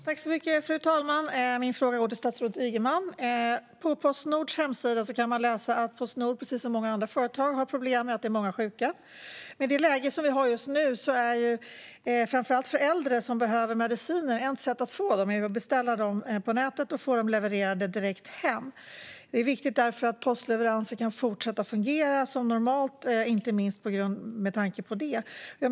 Fru talman! Min fråga går till statsrådet Ygeman. På Postnords hemsida kan man läsa att Postnord, precis som många andra företag, har problem med att många är sjuka. Speciellt i det läge som vi har just nu är ett sätt för framför allt äldre som behöver mediciner att få dem att beställa dem på nätet och få dem levererade direkt hem. Det är därför viktigt att postleveranser kan fortsätta fungera som normalt, inte minst med tanke på detta.